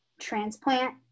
transplant